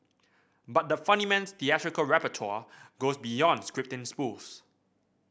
but the funnyman's theatrical repertoire goes beyond scripting spoofs